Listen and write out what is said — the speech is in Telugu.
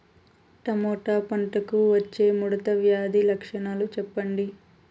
టమోటా పంటకు వచ్చే ముడత వ్యాధి లక్షణాలు చెప్పండి?